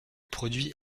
produit